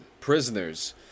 prisoners